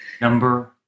Number